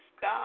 God